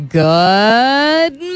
good